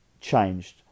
changed